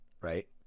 right